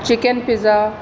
chicken pizza